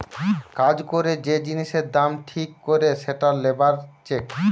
কাজ করে যে জিনিসের দাম ঠিক করে সেটা লেবার চেক